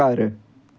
ਘਰ